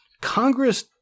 Congress